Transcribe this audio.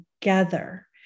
together